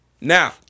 Now